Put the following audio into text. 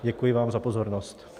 Děkuji vám za pozornost.